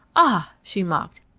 ah! she mocked.